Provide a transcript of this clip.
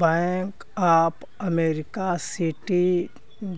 bank of America, Citi,